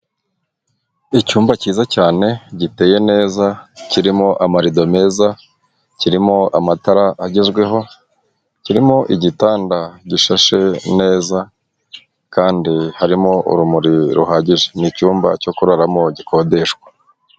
Icyumba cyiza cyane giteye neza, kirimo amarido meza, kirimo amatara agezweho, kirimo igitanda gishashe neza kandi harimo urumuri ruhagije. Ni icyumba cyo kuraramo gikodeshwa.